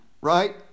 right